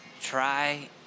Try